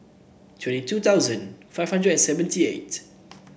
twenty two thousand five hundred and seventy eight